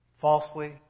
falsely